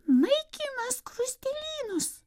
naikina skruzdėlynus